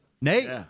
Nate –